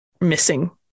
missing